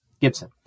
Gibson